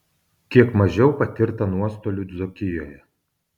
kiek mažiau patirta nuostolių dzūkijoje